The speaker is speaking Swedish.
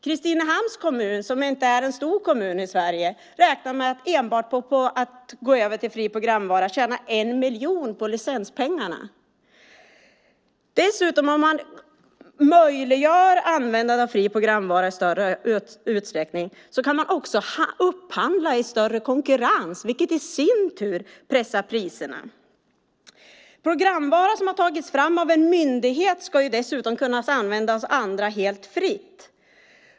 Kristinehamns kommun, som inte är en stor kommun i Sverige, räknar med att tjäna 1 miljon på licenspengarna enbart på att gå över till fri programvara. Om man dessutom möjliggör användande av fri programvara för utsättning kan man upphandla i större konkurrens, vilket i sin tur pressar priserna. Programvara som har tagits fram av en myndighet ska dessutom kunna få användas av andra helt fritt.